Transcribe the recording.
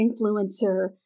influencer